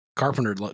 Carpenter